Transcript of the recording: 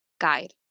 guide